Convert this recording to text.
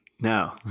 No